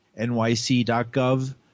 nyc.gov